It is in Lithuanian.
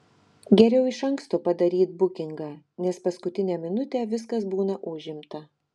geriau iš anksto padaryt bukingą nes paskutinę minutę viskas būna užimta